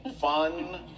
fun